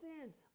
sins